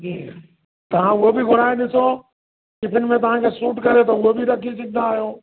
ईअं तव्हां उहो बि घुराए ॾिसो टिफ़िन में तव्हां खे सूट करे त उहो बि रखी सघंदा आहियो